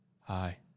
hi